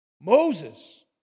Moses